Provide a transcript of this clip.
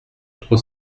trois